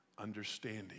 understanding